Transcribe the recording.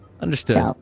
Understood